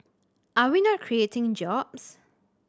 are we not creating jobs